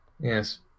Yes